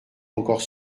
encore